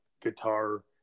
guitar